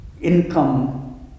income